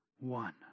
one